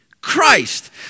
Christ